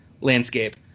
Landscape